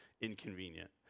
inconvenient